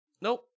Nope